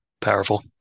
powerful